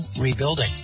rebuilding